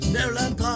Neverland